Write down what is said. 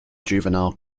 juvenile